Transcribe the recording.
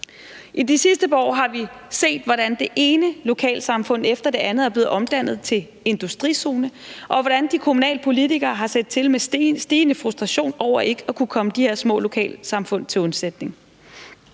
I de sidste par år har vi set, hvordan det ene lokalsamfund efter det andet er blevet omdannet til industrizone, og hvordan de kommunale politikere med stigende frustration har set til, fordi de ikke kunne komme de her små lokalsamfund til undsætning.